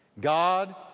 God